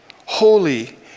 holy